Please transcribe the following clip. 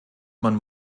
man